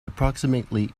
approximately